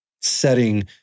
setting